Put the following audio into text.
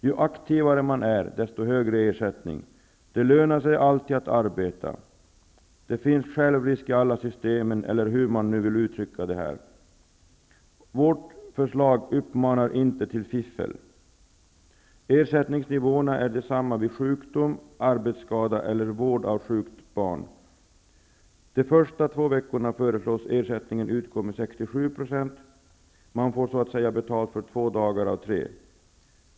Ju aktivare man är, desto högre ersättning. Det lönar sig alltid att arbeta. Det finns självrisk i alla system, eller hur man nu vill uttrycka det. Vårt förslag uppmanar inte till fiffel. Ersättningsnivåerna är desamma vid sjukdom, arbetsskada och vård av sjukt barn. Under de första två veckorna föreslås ersättning utgå med 67 %. Man får så att säga betalt för två dagar av tre.